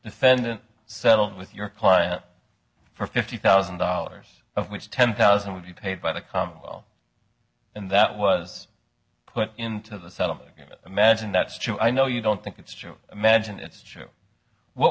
defendant settled with your client for fifty thousand dollars of which ten thousand would be paid by the couple and that was put into the set of imagine that's true i know you don't think it's true imagine it's true what